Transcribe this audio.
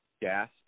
gas